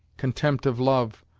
contempt of love,